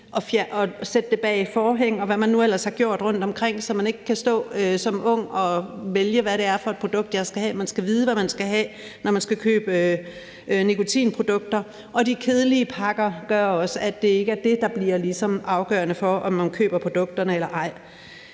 og sætte det bag et forhæng, og hvad de nu ellers har gjort rundtomkring, så man som ung ikke kan stå og vælge, hvad det er for et produkt, man skal have. Man skal vide, hvad man skal have, når man skal købe nikotinprodukter, og de kedelige pakker gør også, at det ikke er det, der ligesom bliver afgørende for, om man køber produkterne eller ej.